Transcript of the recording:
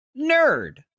nerd